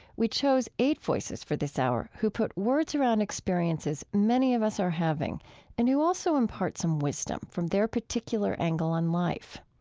we chose eight voices for this hour who put words around experiences many of us are having and who also impart some wisdom from their particular angle on life.